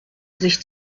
sich